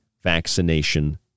vaccination